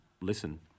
listen